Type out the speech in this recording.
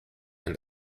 and